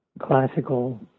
classical